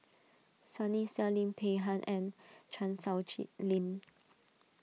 Sunny Sia Lim Peng Han and Chan Sow Chee Lin